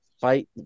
Fight